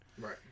Right